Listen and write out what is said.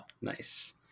nice